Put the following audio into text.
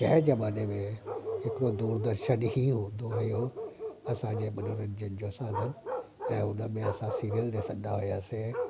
कंहिं ज़माने में हिकिड़ो दूरदर्शन ई हूंदो हुयो असां जे मनोरंजन जो साधन ऐं उन में असां सीरियल ॾिसंदा हुयासीं